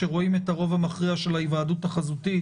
רואים את הרוב המכריע של ההיוועדות החזותית